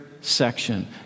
section